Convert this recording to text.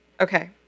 Okay